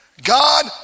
God